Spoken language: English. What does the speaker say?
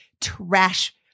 trash